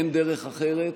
אין דרך אחרת.